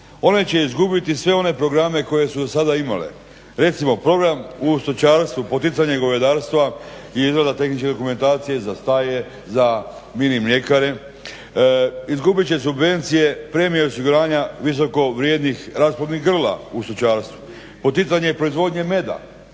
One će izgubiti sve one programe koje su do sada imale. Recimo program u stočarstvu, poticanje govedarstva i izrada tehničke dokumentacije za staje, za mini mljekare, izgubit će subvencije, premije osiguranja visoko vrijednih rasplodnih grla u stočarstvu, poticanje proizvodnje meda.